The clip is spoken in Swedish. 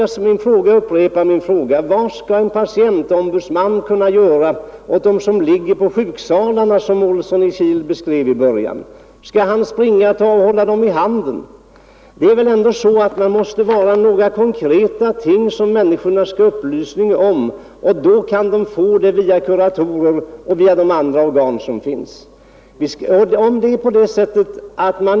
Jag upprepar min fråga: Vad skall en patientombudsman kunna göra åt dem som ligger på sjuksalarna och som herr Olsson i Kil beskrev i början av sitt anförande? Skall patientombudsmannen hålla dem i handen? Det måste väl ändå vara några konkreta ting som människorna skall få upplysning om. Då kan de få denna upplysning via kuratorer och andra existerande organ.